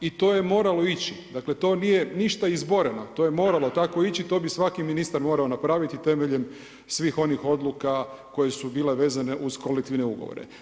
I to je moralo ići, dakle to nije ništa izboreno, to je moralo tako ići i to bi svaki ministar morao napraviti temeljem svih onih odluka koje su bile vezane uz kolektivne ugovore.